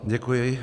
Děkuji.